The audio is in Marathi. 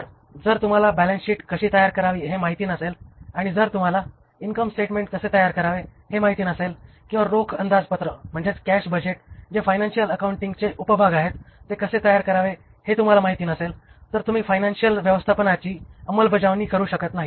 तर जर तुम्हाला बॅलन्स शीट कशी तयार करावी हे माहित नसेल आणि जर तुम्हाला इनकम स्टेटमेंट कसे तयार करावे हे माहित नसेल किंवा रोख अंदाजपत्रक जे फायनान्शिअल अकाउंटिंग चे उपभाग आहेत ते कसे तयार करावे हे तुम्हाला माहित नसेल तर तुम्ही फायनान्शिअल व्यवस्थापनाची अंमलबजावणी करू शकत नाही